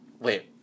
Wait